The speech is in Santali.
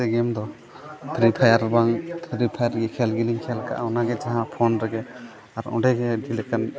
ᱜᱮᱹᱢ ᱫᱚ ᱯᱷᱨᱤ ᱯᱷᱟᱭᱟᱨ ᱵᱟᱝ ᱯᱷᱨᱤ ᱯᱷᱟᱭᱟᱨ ᱜᱮ ᱠᱷᱮᱞ ᱜᱮᱞᱤᱧ ᱠᱷᱮᱹᱞ ᱠᱟᱜᱼᱟ ᱚᱱᱟᱜᱮ ᱡᱟᱦᱟᱸ ᱯᱷᱳᱱ ᱨᱮᱜᱮ ᱟᱨ ᱚᱸᱰᱮ ᱜᱮ ᱟᱹᱰᱤ ᱞᱮᱠᱟᱱ